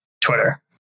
Twitter